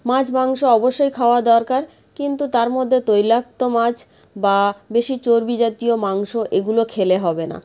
মাছ মাংস অবশ্যই খাওয়া দরকার কিন্তু তার মদ্যে তৈলাক্ত মাছ বা বেশি চর্বি জাতীয় মাংস এগুলো খেলে হবে না